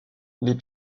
les